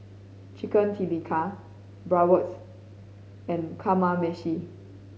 Chicken Tikka Bratwurst and Kamameshi